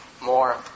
more